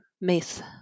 myth